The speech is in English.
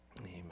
Amen